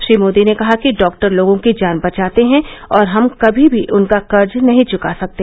श्री मोदी ने कहा कि डॉक्टर लोगों की जान बचाते हैं और हम कभी भी उनका कर्ज नहीं चुका सकते